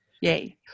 Yay